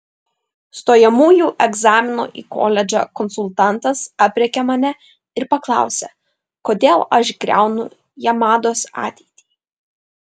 stojamųjų egzaminų į koledžą konsultantas aprėkė mane ir paklausė kodėl aš griaunu jamados ateitį